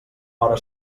hora